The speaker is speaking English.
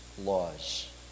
laws